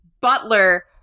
butler